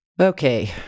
Okay